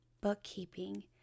bookkeeping